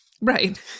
Right